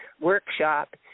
workshop